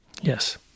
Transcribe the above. Yes